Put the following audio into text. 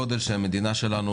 זו טרגדיה שהמדינה שלנו